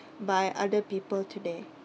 by other people today